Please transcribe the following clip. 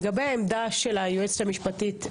לגבי העמדה של היועצת המשפטית.